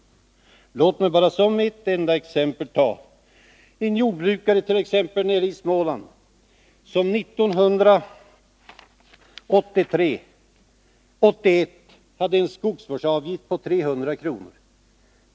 Låt mig bara som ett enda exempel ta en jordbrukare nere i Småland, som 1981 hade en skogsvårdsavgift på 300 kr.